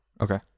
Okay